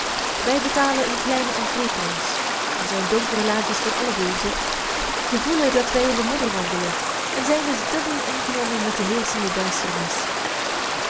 alle beurzen gevoelen dat wij in de modder wandelen en zijn dus dubbel ingenomen met de heerschende duisternis